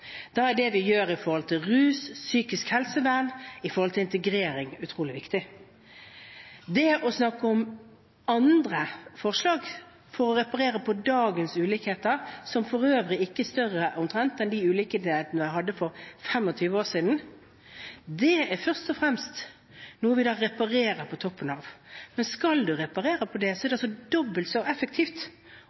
Da er det vi gjør innen rus, psykisk helsevern og innen integrering, utrolig viktig. Så snakker man om andre forslag for å reparere på dagens ulikheter, som for øvrig omtrent ikke er større enn de ulikhetene vi hadde for 25 år siden. Det er først og fremst noe vi da reparerer på toppen av. Men skal man reparere på det, er det altså dobbelt så effektivt